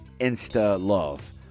insta-love